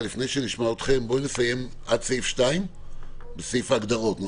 בואו נסיים עד סעיף 2. אני